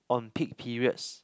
on peak periods